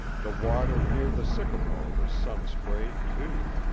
the water near the sycamore was sun-sprayed, too.